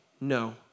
no